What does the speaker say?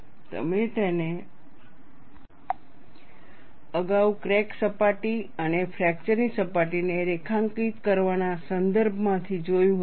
તમે તેને અગાઉ ક્રેક સપાટી અને ફ્રેકચર ની સપાટીને રેખાંકિત કરવાના સંદર્ભ માંથી જોયું હતું